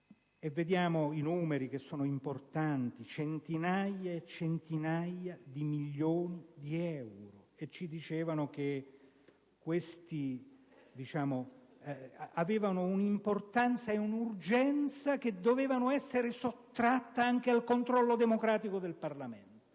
i cui numeri sono importanti: centinaia e centinaia di milioni di euro. Ci dicevano che queste opere avevano un'importanza e un'urgenza tali da essere sottratte anche al controllo democratico del Parlamento.